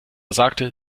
sagte